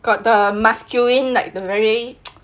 got the masculine like the very